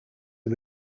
are